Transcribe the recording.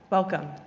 welcome.